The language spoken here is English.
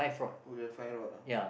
oh you have five rod ah